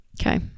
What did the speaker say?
Okay